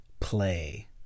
play